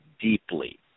deeply